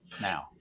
now